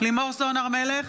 לימור סון הר מלך,